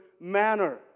manner